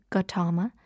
Gautama